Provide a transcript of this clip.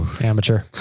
Amateur